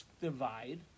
divide